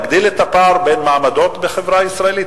להגדיל את הפער בין המעמדות בחברה הישראלית?